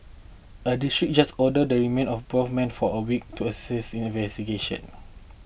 a district just ordered the remand of both men for a week to assist in investigation